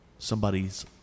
Somebody's